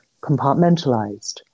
compartmentalized